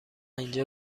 اینجا